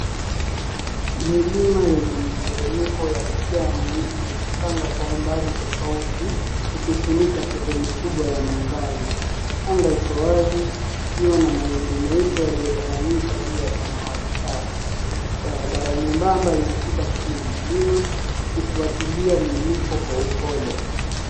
Milima yenye miteremko ya kijani imejipanga kwa umbali tofauti ikifunika sehemu kubwa ya mandhari. Anga iko wazi ikiwa na mawingu meupe yaliyotawanyika juu ya samawati safi. Barabara nyembamba inapita chini ya milima ikifuatilia muinuko kwa upole.